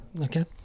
Okay